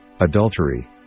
adultery